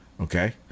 okay